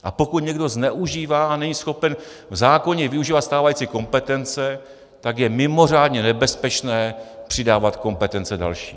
A pokud někdo zneužívá a není schopen zákonně využívat stávající kompetence, tak je mimořádně nebezpečné přidávat kompetence další.